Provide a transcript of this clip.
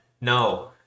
No